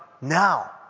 Now